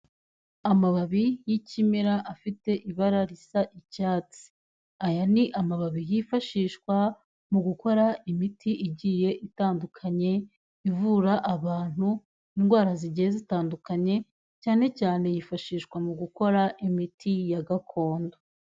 Amababi y'ikimera afite ibara risa icyatsi, aya ni amababi yifashishwa mu gukora imiti igiye itandukanye ivura abantu indwara zigiye zitandukanye, cyane cyane yifashishwa mu gukora imiti ya gakondo.